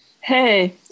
Hey